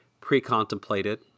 pre-contemplated